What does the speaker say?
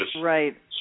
right